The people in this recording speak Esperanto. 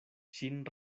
ŝin